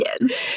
Yes